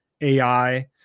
ai